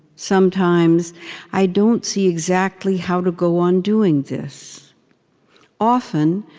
sometimes i don't see exactly how to go on doing this often,